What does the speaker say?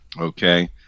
okay